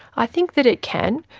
i think that it can.